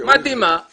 מדהימה